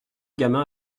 gamin